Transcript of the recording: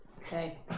Okay